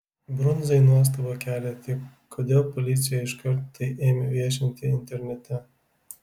brundzai nuostabą kelia tik kodėl policija iškart tai ėmė viešinti internete